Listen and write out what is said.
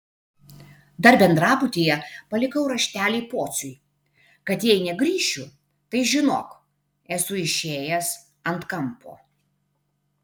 dar bendrabutyje palikau raštelį pociui kad jei negrįšiu tai žinok esu išėjęs ant kampo